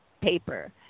paper